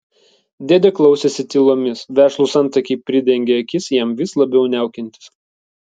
dėdė klausėsi tylomis vešlūs antakiai pridengė akis jam vis labiau niaukiantis